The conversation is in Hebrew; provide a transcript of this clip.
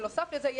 בנוסף לזה,